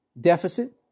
deficit